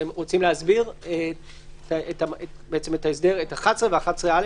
אתם רוצים להסביר את ההסדר, את 11 ואת 11א?